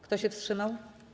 Kto się wstrzymał?